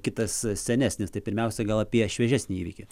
kitas senesnis tai pirmiausia gal apie šviežiasnį įvykį